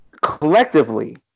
collectively